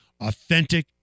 authentic